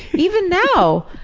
even now,